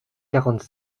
quarante